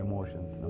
Emotions